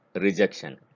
rejection